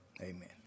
amen